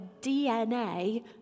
DNA